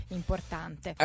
importante